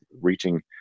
reaching